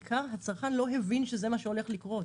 הצרכן לא הבין שזה מה שהולך לקרות,